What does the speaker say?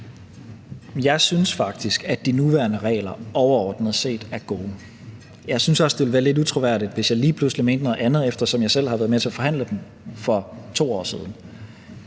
Jeg synes faktisk, at de nuværende regler overordnet set er gode. Jeg synes også, det ville være lidt utroværdigt, hvis jeg lige pludselig mente noget andet, eftersom jeg selv har været med til at forhandle dem for 2 år siden.